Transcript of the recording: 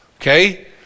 Okay